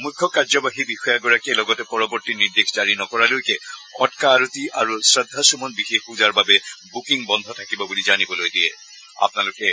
মুখ্য কাৰ্য্যবাহী বিষয়াগৰাকীয়ে লগতে পৰৱৰ্তী নিৰ্দেশ জাৰি নকৰালৈকে অটকা আৰতি আৰু শ্ৰদ্ধাসুমন বিশেষ পূজাৰ বাবে বুকিং বদ্ধ থাকিব বুলি জানিবলৈ দিয়ে